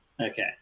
okay